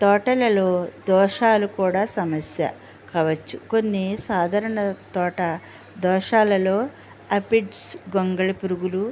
తోటలలో దోషాలు కూడా సమస్య కావచ్చు కొన్ని సాధారణ తోట దోషాలలో అపిడ్స్ గొంగళి పురుగులు